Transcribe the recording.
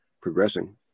progressing